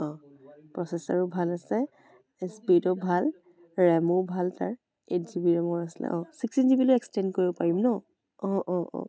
অ' প্ৰচেছৰো ভাল আছে স্পীডো ভাল ৰেমো ভাল তাৰ এইট জি বি ৰেমৰ আছিলে অ' চিক্সটিন জি বিলৈ এক্সটেণ্ড কৰিব পাৰিম ন অ' অ' অ'